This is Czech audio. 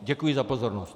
Děkuji za pozornost.